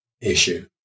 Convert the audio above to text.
issue